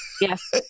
Yes